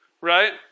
right